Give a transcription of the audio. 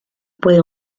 pueden